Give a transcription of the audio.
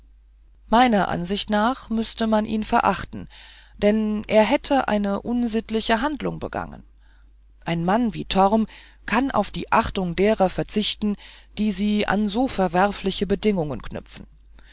meiner ansicht nach müßte man ihn verachten denn er hätte eine unsittliche handlung begangen ein mann wie torm kann auf die achtung derer verzichten die sie an so verwerfliche bedingungen knüpfen